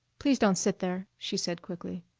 please don't sit there, she said quickly.